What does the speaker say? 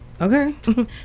Okay